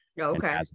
Okay